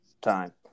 time